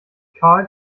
karl